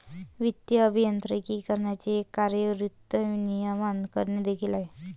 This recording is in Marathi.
वित्तीय अभियांत्रिकीचे एक कार्य वित्त नियमन करणे देखील आहे